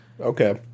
Okay